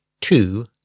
two